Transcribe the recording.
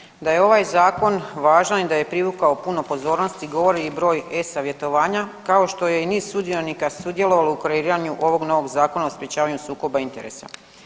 Kolega Habijan da je ovaj Zakon važan i da je privukao puno pozornosti govori i broj E savjetovanja kao što je i niz sudionika sudjelovalo u kreiranju ovog novog Zakona o Sprječavanju sukoba interesa.